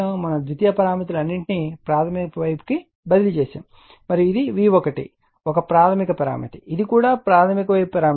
మనము ద్వితీయ పారామితులను అన్నిటిని ప్రాధమిక వైపుకు బదిలీ చేస్తాము మరియు ఇది V1 ఒక ప్రాధమిక పరామితి ఇది కూడా ప్రాధమిక వైపు పారామితులు